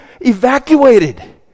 evacuated